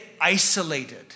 isolated